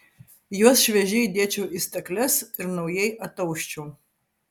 juos šviežiai dėčiau į stakles ir naujai atausčiau